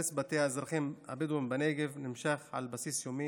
הרס בתי האזרחים הבדואים בנגב נמשך על בסיס יומי,